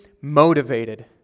motivated